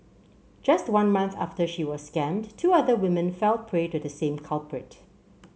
just one month after she was scammed two other women fell prey to the same culprit